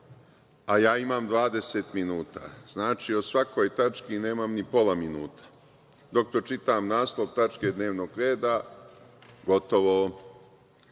a ja imam 20 minuta. Znači, o svakoj tački nemam ni pola minuta. Dok pročitam naslov tačke dnevnog reda – gotovo. To